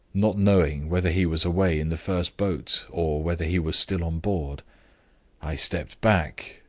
not knowing whether he was away in the first boat, or whether he was still on board i stepped back,